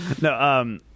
No